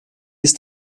ist